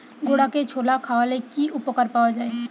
ঘোড়াকে ছোলা খাওয়ালে কি উপকার পাওয়া যায়?